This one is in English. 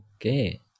Okay